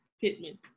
Pittman